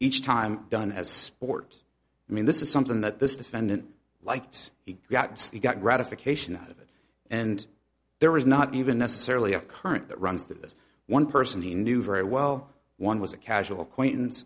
each time done as sport i mean this is something that this defendant liked he got he got gratification out of it and there was not even necessarily a current that runs that this one person he knew very well one was a casual acquaintance